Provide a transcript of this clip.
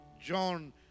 John